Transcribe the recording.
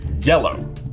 Yellow